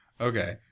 Okay